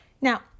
Now